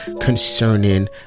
concerning